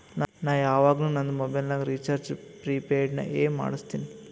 ನಾ ಯವಾಗ್ನು ನಂದ್ ಮೊಬೈಲಗ್ ರೀಚಾರ್ಜ್ ಪ್ರಿಪೇಯ್ಡ್ ಎ ಮಾಡುಸ್ತಿನಿ